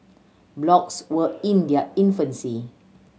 blogs were in their infancy